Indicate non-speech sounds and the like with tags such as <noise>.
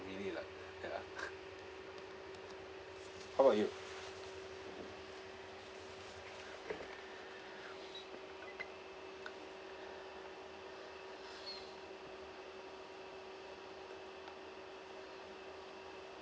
really lah ya <laughs> how about you